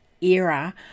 era